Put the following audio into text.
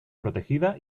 protegida